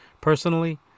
personally